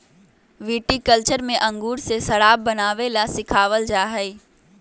viticulture में अंगूर से शराब बनावे ला सिखावल जाहई